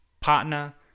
partner